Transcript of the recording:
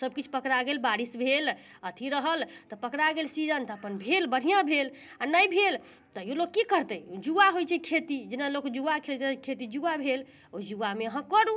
सभकिछु पकड़ा गेल बारिश भेल अथी रहल तऽ पकड़ा गेल सीजन तऽ अपन भेल तऽ बढ़िआँ भेल आओर नहि भेल तैयो लोक की करतै जुआ होइ छै खेती जेना लोक जुआ खेलै छै तहिने खेती जुआ भेल ओइ जुआमे अहाँ करू